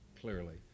clearly